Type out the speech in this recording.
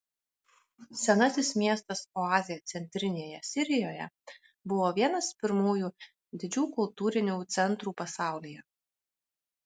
senasis miestas oazė centrinėje sirijoje buvo vienas pirmųjų didžių kultūrinių centrų pasaulyje